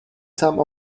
some